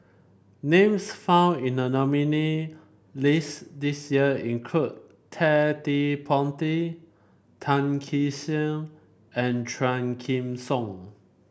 names found in the nominee list this year include Ted De Ponti Tan Kee Sek and Quah Kim Song